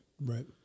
Right